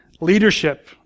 Leadership